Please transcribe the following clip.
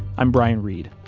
i'm brian reed.